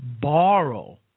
borrow